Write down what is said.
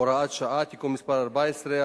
(הוראות שעה) (תיקון מס' 14),